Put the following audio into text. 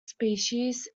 species